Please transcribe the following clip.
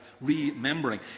Remembering